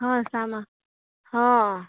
હ સામા હ